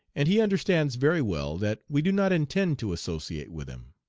and he understands very well that we do not intend to associate with him